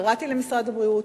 קראתי למשרד הבריאות,